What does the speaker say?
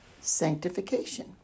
sanctification